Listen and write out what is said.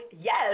Yes